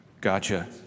gotcha